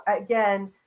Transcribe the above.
again